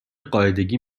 قاعدگی